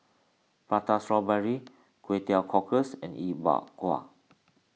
Prata Strawberry Kway Teow Cockles and E Bua Gua